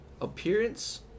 Appearance